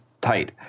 tight